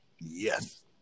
Yes